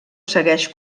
segueix